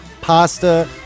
pasta